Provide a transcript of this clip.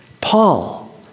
Paul